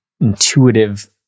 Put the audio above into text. intuitive